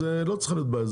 לא צריכה להיות בעיה.